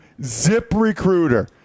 ZipRecruiter